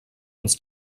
uns